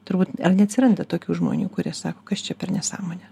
turbūt neatsiranda tokių žmonių kurie sako kas čia per nesąmonė